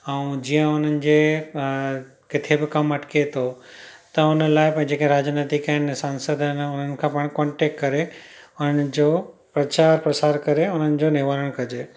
ऐं जीअं उन्हनि जे किथे बि कमु अटके थो त उन लाइ भाई जेके राजनैतिक आहिनि सांसद आहिनि उन्हनि खां पाण कॉन्टेक्ट करे उन्हनि जो प्रचारु प्रसारु करे उन्हनि जो निवारणु कजे